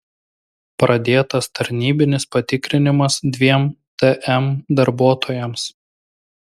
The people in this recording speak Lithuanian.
pradėtas tarnybinis patikrinimas dviem tm darbuotojams